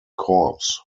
corps